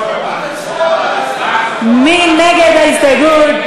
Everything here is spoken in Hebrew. מי נגד ההסתייגות?